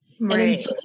right